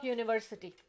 University।